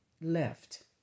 left